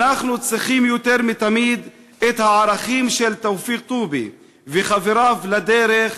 אנחנו צריכים יותר מתמיד את הערכים של תופיק טובי וחברים לדרך,